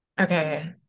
Okay